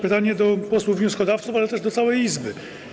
Pytanie do posłów wnioskodawców, ale też do całej Izby.